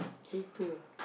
K two